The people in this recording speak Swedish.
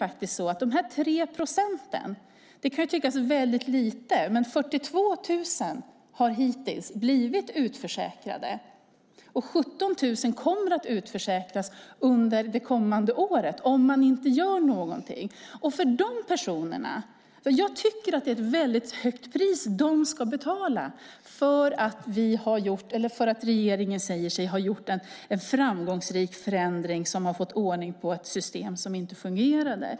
Dessa 3 procent kan tyckas vara väldigt lite. Men 42 000 personer har hittills blivit utförsäkrade, och 17 000 kommer att utförsäkras under det kommande året om man inte gör någonting. Jag tycker att det är ett väldigt högt pris som de personerna ska betala för att regeringen säger sig ha gjort en framgångsrik förändring som har fått ordning på ett system som inte fungerade.